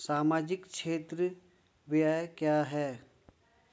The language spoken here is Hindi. सामाजिक क्षेत्र व्यय क्या है?